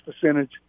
percentage